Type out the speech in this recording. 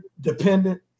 dependent